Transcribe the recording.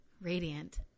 radiant